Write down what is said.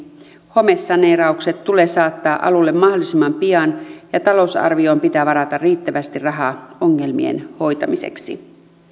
homesaneeraukset tulee saattaa alulle mahdollisimman pian ja talousarvioon pitää varata riittävästi rahaa ongelmien hoitamiseksi